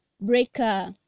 breaker